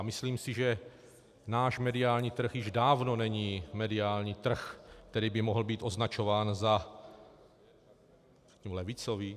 A myslím si, že náš mediální trh již dávno není mediální trh, který by mohl být označován za levicový?